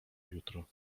jutro